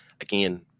again